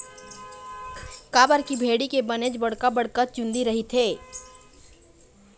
काबर की भेड़ी के बनेच बड़का बड़का चुंदी रहिथे